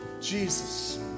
Jesus